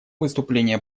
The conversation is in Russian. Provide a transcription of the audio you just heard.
выступление